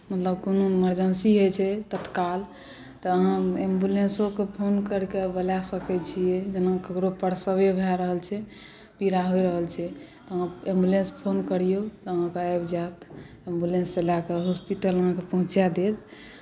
मतलब जब कोनो इमर्जेन्सी होइत छै तत्काल तऽ हम एम्बुलेंसोकेँ फोन करि कऽ बोला सकैत छियै जेना ककरो प्रसवे भए रहल छै पीड़ा होय रहल छै तऽ अहाँ एम्बुलेंस फोन करियौ तऽ अहाँके आबि जायत एम्बुलेंससँ लए कऽ हॉस्पिटल अहाँकेँ पहुँचा देत